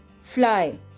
fly